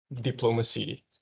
diplomacy